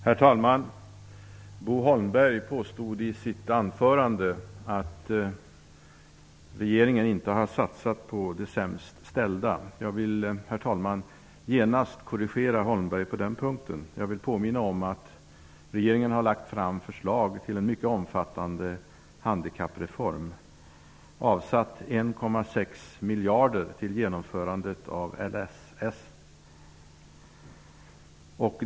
Herr talman! Bo Holmberg påstod i sitt anförande att regeringen inte har satsat på de sämst ställda. Jag vill genast korrigera Bo Holmberg på den punkten. Jag vill påminna om att regeringen har lagt fram förslag till en mycket omfattande handikappreform. Regeringen har avsatt 1,6 miljarder till genomförandet av LSS.